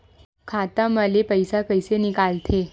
खाता मा ले पईसा कइसे निकल थे?